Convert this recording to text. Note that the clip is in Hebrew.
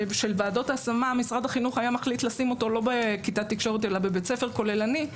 ועדות ההשמה היה מחליט לשים אותו לא בכיתת תקשורת אלא בבית ספר כוללני,